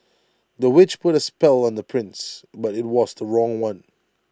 the witch put A spell on the prince but IT was the wrong one